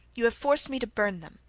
you have forced me to burn them.